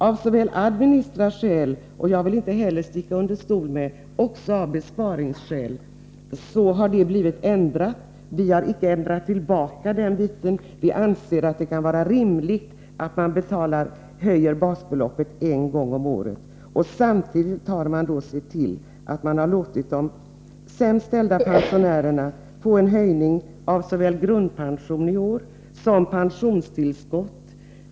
Av såväl administrativa skäl som — det vill jag inte sticka under stol med — av besparingsskäl har detta blivit ändrat. Vi har icke ändrat det tillbaka. Vi anser att det kan vara rimligt att man höjer basbeloppet en gång om året. Samtidigt ser man till att de sämst ställda pensionärerna får en höjning av såväl grundpensionen som pensionstillskottet.